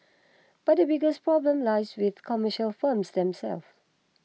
but the biggest problem lies with commercial firms themselves